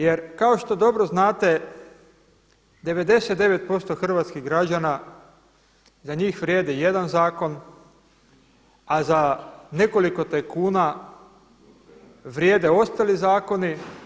Jer kao što dobro znate 99% hrvatskih građana, za njih vrijedi jedan zakon a za nekoliko tajkuna vrijede ostali zakoni.